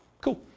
Cool